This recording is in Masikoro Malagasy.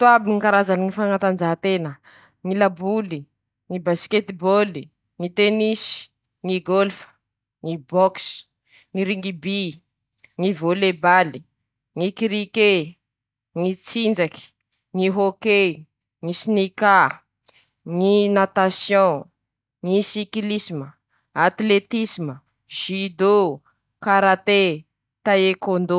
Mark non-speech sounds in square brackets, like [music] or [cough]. Ndreto aby ñy karazany ñy fia: -ñy saridiny.-ñy tilapia.-ñagmbora masaky.-ñy lañora.-ñy lamera. -ñamalo. -ñy bodoloha.-ñy logim-bato.-ñy geba. -ñy saboto. [shushes]